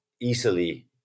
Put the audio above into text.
easily